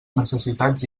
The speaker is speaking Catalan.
necessitats